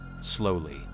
Slowly